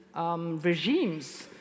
regimes